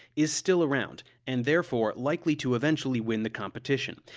is still around, and therefore likely to eventually win the competition.